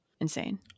insane